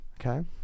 Okay